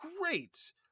great